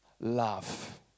love